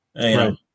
right